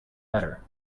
better